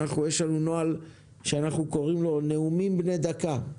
יש לנו נוהל שאנחנו קוראים לו נאומים בני דקה.